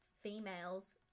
females